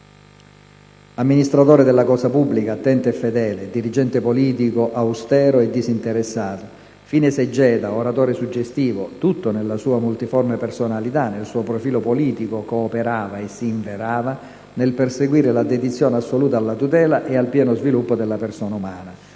Amministratore della cosa pubblica attento e fedele, dirigente politico austero e disinteressato, fine esegeta, oratore suggestivo: tutto nella sua multiforme personalità, nel suo profilo politico, cooperava e si inverava nel perseguire la dedizione assoluta alla tutela e al pieno sviluppo della persona umana,